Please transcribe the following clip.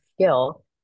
skill